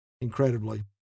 incredibly